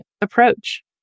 approach